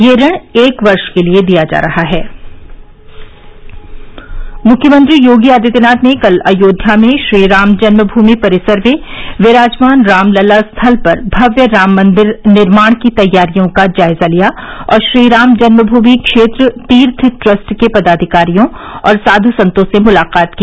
यह ऋण एक वर्ष के लिए दिया जा रहा है मुख्यमंत्री योगी आदित्यनाथ ने कल अयोध्या में श्रीराम जन्म भूमि परिसर में विराजमान रामलला स्थल पर भव्य राम मंदिर निर्माण की तैयारियों का जायजा लिया और श्रीराम जन्मभूमि क्षेत्र तीर्थ ट्रस्ट के पदाधिकारियों और साधु संतों से मुलाकात की